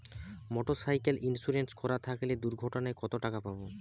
Motorcycle insurance করা থাকলে দুঃঘটনায় কতটাকা পাব?